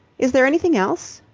is there anything else?